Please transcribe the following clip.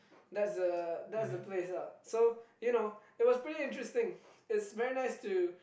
that's a that's the place ah you know it was pretty interesting it's very nice to